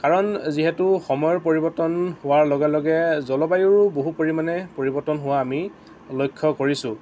কাৰণ যিহেতু সময়ৰ পৰিৱৰ্তন হোৱাৰ লগে লগে জলবায়ুৰো বহু পৰিমাণে পৰিৱৰ্তন হোৱা আমি লক্ষ্য কৰিছোঁ